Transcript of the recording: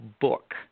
book